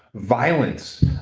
violence,